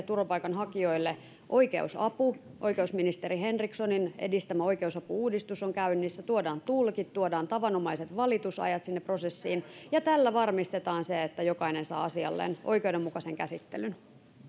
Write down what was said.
turvapaikanhakijoille oikeusapu oikeusministeri henrikssonin edistämä oikeusapu uudistus on käynnissä tuodaan tulkit ja tuodaan tavanomaiset valitusajat sinne prosessiin tällä varmistetaan se että jokainen saa asialleen oikeudenmukaisen käsittelyn